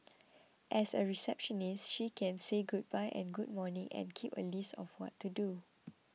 as a receptionist she can say goodbye and good morning and keep a list of what to do